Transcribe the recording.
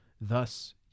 Thus